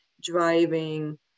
driving